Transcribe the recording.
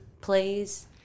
plays